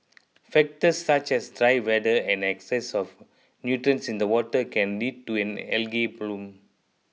factors such as the dry weather and an excess of nutrients in the water can lead to an algae bloom